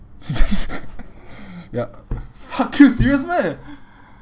yup fuck you you serious meh